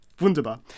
Wunderbar